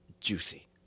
juicy